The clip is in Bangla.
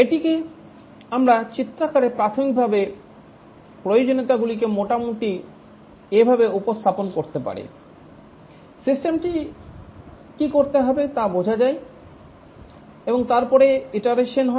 এটিকে আমরা চিত্রাকারে প্রাথমিকভাবে প্রয়োজনীয়তাগুলিকে মোটামুটি এভাবে উপস্থাপন করতে পারি সিস্টেমটি কী করতে হবে তা বোঝা যায় এবং তারপরে ইটারেসন হয়